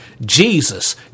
Jesus